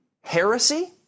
Heresy